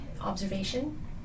observation